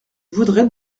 voudrais